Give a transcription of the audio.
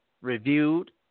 reviewed